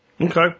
Okay